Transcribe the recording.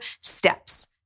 steps